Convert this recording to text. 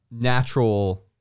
natural